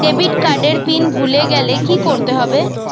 Debit card এর PIN ভুলে গেলে কি করতে হবে?